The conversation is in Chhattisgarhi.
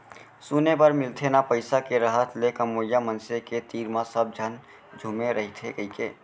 सुने बर मिलथे ना पइसा के रहत ले कमवइया मनसे के तीर म सब झन झुमे रइथें कइके